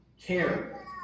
care